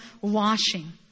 washing